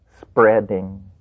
spreading